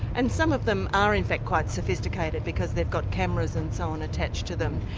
and some of them are in fact quite sophisticated because they've got cameras and so on attached to them.